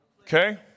Okay